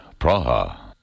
Praha